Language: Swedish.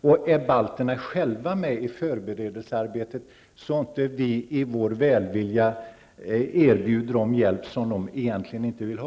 Är balterna själva med i förberedelsearbetet, så att vi inte i vår välvilja erbjuder dem hjälp som de inte vill ha?